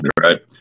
right